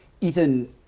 Ethan